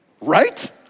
Right